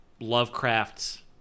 Lovecraft's